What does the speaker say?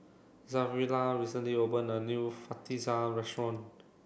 Zariah recently opened a new Fajitas restaurant